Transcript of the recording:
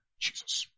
Jesus